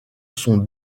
son